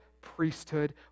priesthood